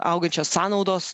augančios sąnaudos